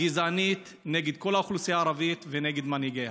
הגזענית נגד כל האוכלוסייה הערבית ונגד מנהיגיה.